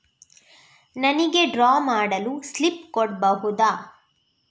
ನನಿಗೆ ಡ್ರಾ ಮಾಡಲು ಸ್ಲಿಪ್ ಕೊಡ್ಬಹುದಾ?